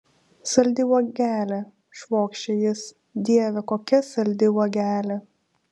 saldi uogelė švokščia jis dieve kokia saldi uogelė